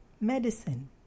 medicine